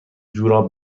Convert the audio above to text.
جوراب